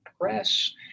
press